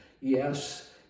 Yes